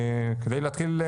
כדי להתחיל,